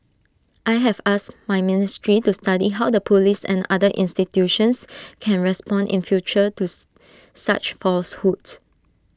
I have asked my ministry to study how the Police and other institutions can respond in future tooth such falsehoods